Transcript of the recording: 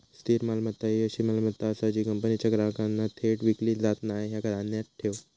स्थिर मालमत्ता ही अशी मालमत्ता आसा जी कंपनीच्या ग्राहकांना थेट विकली जात नाय, ह्या ध्यानात ठेव